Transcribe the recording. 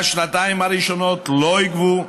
בשנתיים הראשונות לא יגבו,